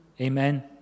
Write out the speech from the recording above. Amen